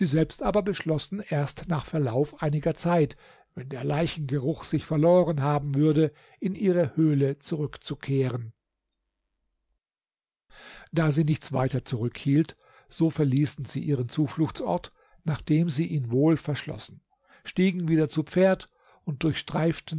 selbst aber beschlossen erst nach verlauf einiger zeit wenn der leichengeruch sich verloren haben würde in ihre höhle zurückzukehren da sie nichts weiter zurückhielt so verließen sie ihren zufluchtsort nachdem sie ihn wohl verschlossen stiegen wieder zu pferd und durchstreiften